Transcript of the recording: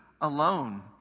alone